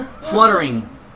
Fluttering